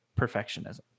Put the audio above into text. perfectionism